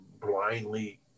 blindly